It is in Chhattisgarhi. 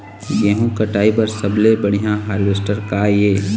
गेहूं कटाई बर सबले बढ़िया हारवेस्टर का ये?